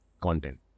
content